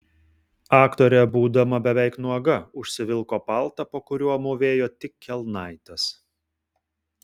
aktorė būdama beveik nuoga užsivilko paltą po kuriuo mūvėjo tik kelnaites